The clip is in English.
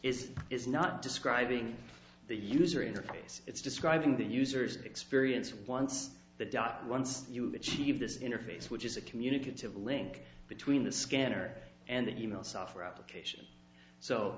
is it's not describing the user interface it's describing the user's experience once the dot once you've achieved this interface which is a communicative link between the scanner and the email software application so